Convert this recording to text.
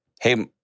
hey